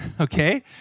okay